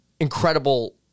Incredible